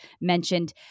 mentioned